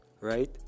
right